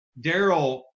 Daryl